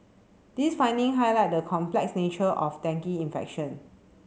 these finding highlight the complex nature of dengue infection